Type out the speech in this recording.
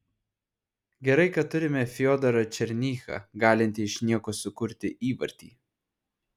gerai kad turime fiodorą černychą galintį iš nieko sukurti įvartį